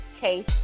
case